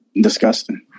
Disgusting